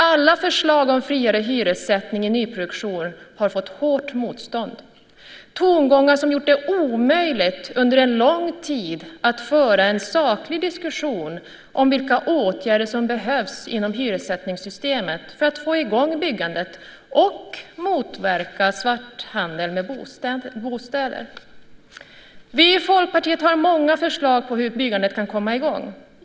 Alla förslag om friare hyressättning i nyproduktion har fått hårt motstånd med tongångar som gjort det omöjligt under en lång tid att föra en saklig diskussion om vilka åtgärder som behövs inom hyressättningssystemet för att få i gång byggandet och motverka svarthandel med bostäder. Vi i Folkpartiet har många förslag på hur byggandet kan komma i gång.